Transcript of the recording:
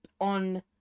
on